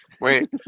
Wait